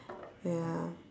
ya